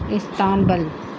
Istanbul